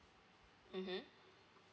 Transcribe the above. mmhmm